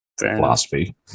Philosophy